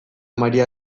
maria